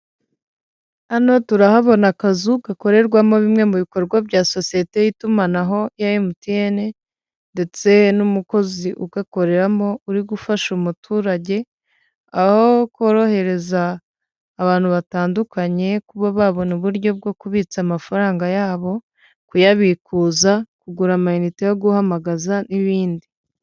Hano turahabona akazu gakorerwamo bimwe mu bikorwa bya sosiyete y'itumanaho emutiyene ndetse n'umukozi ugakoreramo uri gufasha umuturage, aho korohereza abantu batandukanye kuba babona uburyo bwo kubitsa amafaranga yabo kuyabikuza kugura amayinite yo guhamagaza n'ibindi.